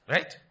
Right